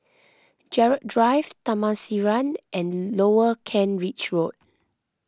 Gerald Drive Taman Sireh and Lower Kent Ridge Road